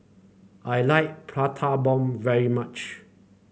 I like Prata Bomb very much